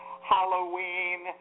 Halloween